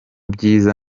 byiza